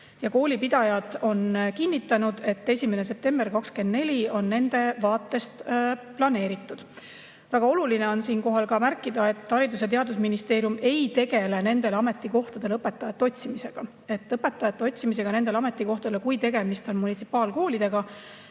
Koolipidajad on kinnitanud, et 1. september 2024 on nende vaatest planeeritud [eestikeelse õppe alguseks]. Väga oluline on siinkohal märkida, et Haridus- ja Teadusministeerium ei tegele nendele ametikohtadele õpetajate otsimisega. Õpetajate otsimisega nendele ametikohtadele, kui tegemist on munitsipaalkoolidega,